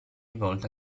volta